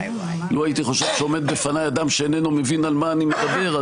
לו הייתי חושב שעומד בפניי אדם שאיננו מבין על מה אני מדבר,